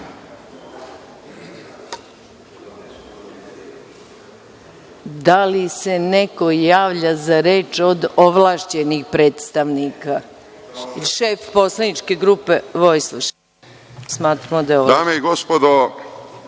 li se neko javlja za reč od ovlašćenih predstavnika? Reč ima šef poslaničke grupe, Vojislav